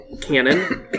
cannon